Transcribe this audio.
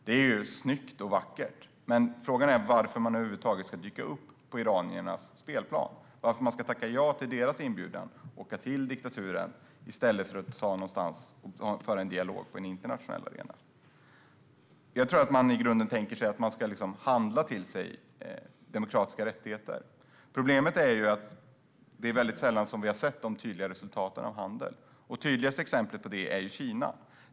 Det är snyggt. Men frågan är varför man över huvud taget ska dyka upp på iraniernas spelplan och varför man ska tacka ja till deras inbjudan och åka till en diktatur i stället för att föra en dialog på en internationell arena. Jag tror att man i grunden tänker att man genom handel ska skapa demokratiska rättigheter. Problemet är att det är mycket sällan som vi har sett sådana tydliga resultat av handel. Det tydligaste exemplet på det är Kina.